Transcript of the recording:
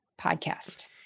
podcast